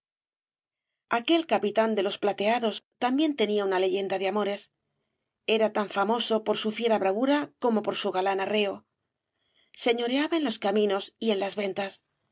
aquel capitán de los plateados también tenía una leyenda de amores era tan famoso por su fiera bravura como por su galán arreo señoreaba en los caminos y en las ventas